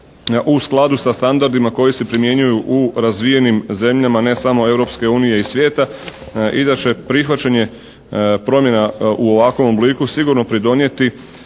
u skladu sa standardima koji se primjenjuju u razvijenim zemljama ne samo Europske unije i svijeta i da će prihvaćanje promjena u ovakvom obliku sigurno pridonijeti